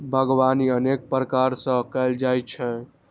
बागवानी अनेक प्रकार सं कैल जाइ छै